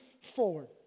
forward